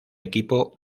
equipo